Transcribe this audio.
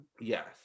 yes